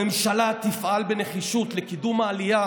הממשלה תפעל בנחישות לקידום העלייה